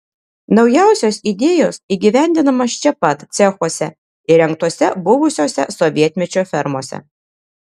naujausios idėjos įgyvendinamos čia pat cechuose įrengtuose buvusiose sovietmečio fermose